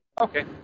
Okay